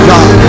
God